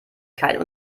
keinen